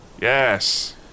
Yes